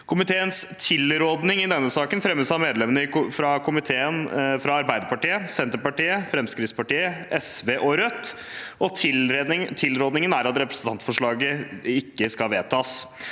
Komiteens tilråding i denne saken fremmes av medlemmene i komiteen fra Arbeiderpartiet, Senterpartiet, Fremskrittspartiet, SV og Rødt. Tilrådingen er at representantforslaget ikke vedtas.